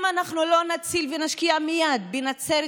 אם אנחנו לא נציל ונשקיע מייד בנצרת,